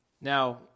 Now